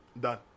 done